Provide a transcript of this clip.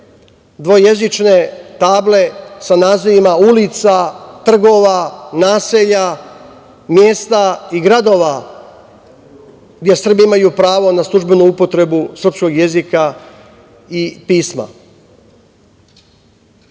dvojezične table sa nazivima ulica, trgova, naselja, mesta i gradova gde Srbi imaju pravo na službenu upotrebu srpskog jezika i pisma. Šta